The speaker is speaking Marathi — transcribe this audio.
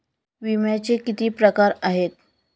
विम्याचे किती प्रकार आहेत?